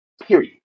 period